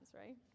right